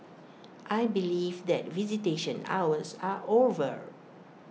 I believe that visitation hours are over